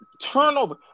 turnover